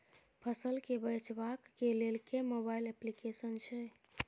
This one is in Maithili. फसल केँ बेचबाक केँ लेल केँ मोबाइल अप्लिकेशन छैय?